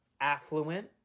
affluent